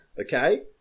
Okay